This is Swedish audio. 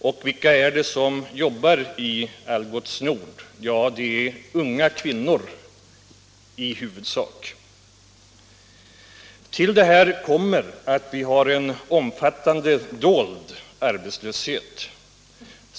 Och vilka är det som jobbar i Algots Nord? Det är i huvudsak unga kvinnor. Till detta kommer att vi har en omfattande dold arbetslöshet.